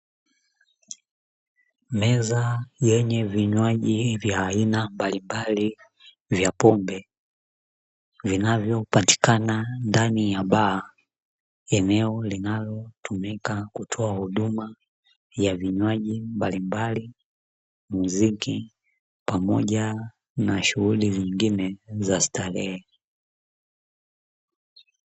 Meza yenye vinywaji vya aina mbalimbali vya pombe vinavyopatikana ndani ya baa eneo linalotumika kutoa huduma ya vinywaji mbalimbali, mziki pamoja na shughuli zingine za starehe.